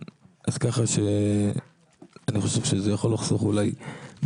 ככה שאני חושב שזה יכול לחסוך בדיעבד.